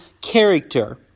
character